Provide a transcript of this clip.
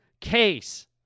case